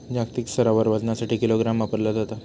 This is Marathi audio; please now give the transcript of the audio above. जागतिक स्तरावर वजनासाठी किलोग्राम वापरला जाता